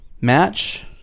match